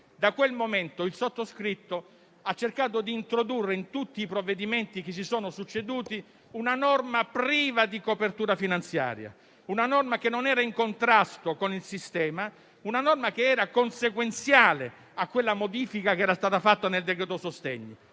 Da quel momento il sottoscritto ha cercato di introdurre in tutti i provvedimenti che si sono succeduti una norma priva di copertura finanziaria e che non era in contrasto con il sistema, una norma conseguenziale a quella modifica che era stata fatta nel decreto-legge sostegni.